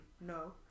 no